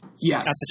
Yes